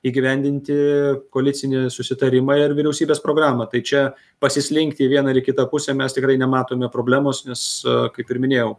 įgyvendinti koalicinį susitarimą ir vyriausybės programą tai čia pasislinkti į vieną ir į kitą pusę mes tikrai nematome problemos nes kaip ir minėjau